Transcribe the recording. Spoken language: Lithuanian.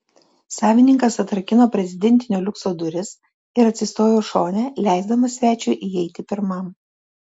savininkas atrakino prezidentinio liukso duris ir atsistojo šone leisdamas svečiui įeiti pirmam